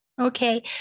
Okay